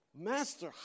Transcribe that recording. Master